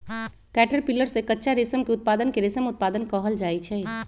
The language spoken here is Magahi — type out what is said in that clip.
कैटरपिलर से कच्चा रेशम के उत्पादन के रेशम उत्पादन कहल जाई छई